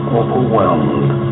overwhelmed